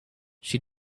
she